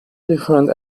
different